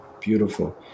Beautiful